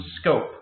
scope